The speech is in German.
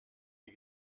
die